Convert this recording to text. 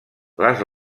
les